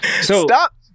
Stop